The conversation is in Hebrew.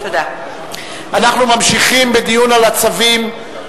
אנחנו ממשיכים בדיון על הצווים.